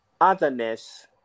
otherness